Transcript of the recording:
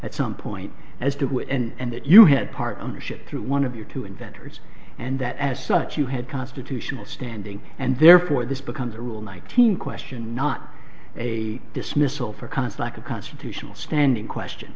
at some point as to it and that you had part ownership through one of your two inventors and that as such you had constitutional standing and therefore this becomes a rule nineteen question not a dismissal for conflict of constitutional standing question